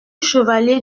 chevalier